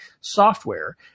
software